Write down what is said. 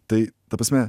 tai ta prasme